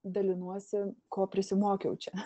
dalinuosi ko prisimokiau čia